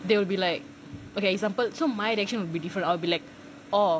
they will be like okay example so my reaction will be different I'll be like orh